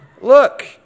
look